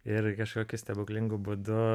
ir kažkokiu stebuklingu būdu